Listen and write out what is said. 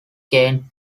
gain